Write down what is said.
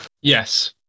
Yes